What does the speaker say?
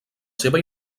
seva